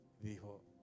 Dijo